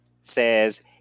says